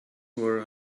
were